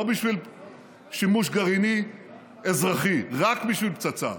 לא בשביל שימוש גרעיני אזרחי, רק בשביל פצצה.